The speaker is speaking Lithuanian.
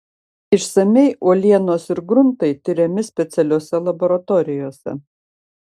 išsamiai uolienos ir gruntai tiriami specialiose laboratorijose